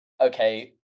okay